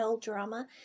drama